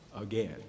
again